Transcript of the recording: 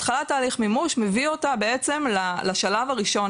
התחלת תהליך מימוש מביא אותה בעצם לשלב הראשון